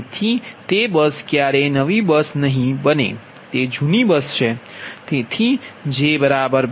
તેથી તે બસ ક્યારેય નવી બસ નહીં બને તે જૂની બસ છે